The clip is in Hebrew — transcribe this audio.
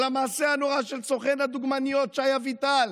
על המעשה הנורא של סוכן הדוגמניות שי אביטל,